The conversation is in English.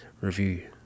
review